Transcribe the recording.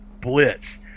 blitz